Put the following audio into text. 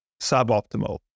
suboptimal